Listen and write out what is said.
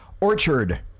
Orchard